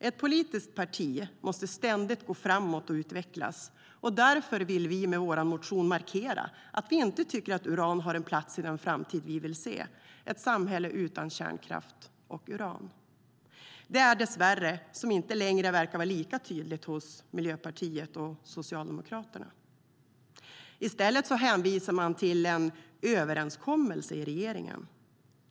Ett politiskt parti måste ständigt gå framåt och utvecklas, och därför vill vi med vår motion markera att vi inte tycker att uran har en plats i den framtid vi vill se - ett samhälle utan kärnkraft och uran. Detta är dessvärre något som inte längre verkar vara lika tydligt hos Miljöpartiet och Socialdemokraterna. I stället hänvisar man till en överenskommelse i regeringen.